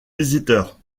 visiteurs